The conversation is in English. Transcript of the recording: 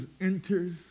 enters